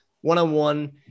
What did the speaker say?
one-on-one